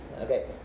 okay